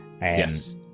yes